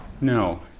No